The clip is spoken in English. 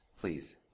please